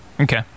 Okay